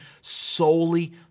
solely